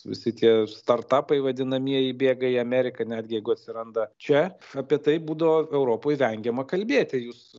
visi tie startapai vadinamieji bėga į ameriką netgi jeigu atsiranda čia apie tai būdavo europoj vengiama kalbėti jūs